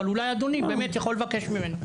אבל אולי אדוני באמת יכול לבקש ממנו.